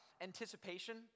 anticipation